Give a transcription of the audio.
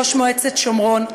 ראש מועצת שומרון,